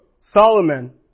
Solomon